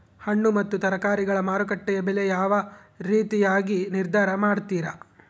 ಹಣ್ಣು ಮತ್ತು ತರಕಾರಿಗಳ ಮಾರುಕಟ್ಟೆಯ ಬೆಲೆ ಯಾವ ರೇತಿಯಾಗಿ ನಿರ್ಧಾರ ಮಾಡ್ತಿರಾ?